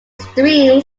streams